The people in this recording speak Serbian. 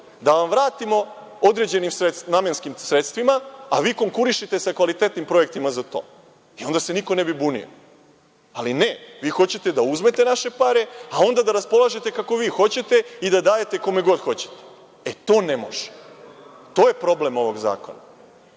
da vam vratimo određenim namenskim sredstvima, a vi konkurišite sa kvalitetnim projektima za to. Onda se niko ne bi bunio. Ali ne, vi hoćete da uzmete naše pare, a onda da raspolažete kako vi hoćete i da dajete kome god hoćete. E, to ne može. To je problem ovog zakona.